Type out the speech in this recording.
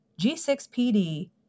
G6PD